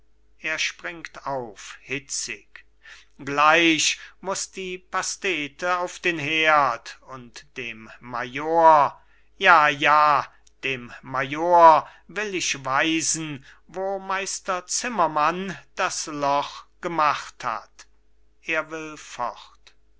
gleich muß die pastete auf den herd und dem major ja ja dem major will ich weisen wo meister zimmermann das loch gemacht hat